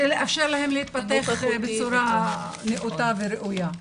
לאפשר להם להתפתח בצורה נאותה וראויה.